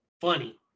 funny